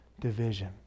division